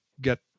get